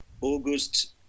August